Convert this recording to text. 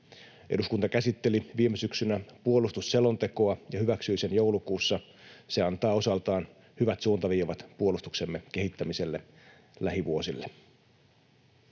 Eduskunta käsitteli viime syksynä puolustusselontekoa ja hyväksyi sen joulukuussa. Se antaa osaltaan hyvät suuntaviivat puolustuksemme kehittämiselle lähivuosille.